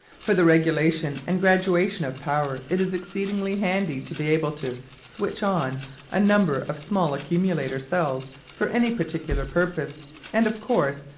for the regulation and graduation of power it is exceedingly handy to be able to switch-on a number of small accumulator cells for any particular purpose and, of course,